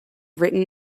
written